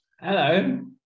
Hello